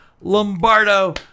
Lombardo